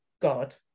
god